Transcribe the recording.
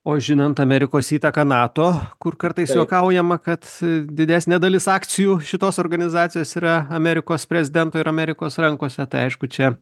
o žinant amerikos įtaką nato kur kartais juokaujama kad didesnė dalis akcijų šitos organizacijos yra amerikos prezidento ir amerikos rankose tai aišku čia